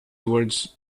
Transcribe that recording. towards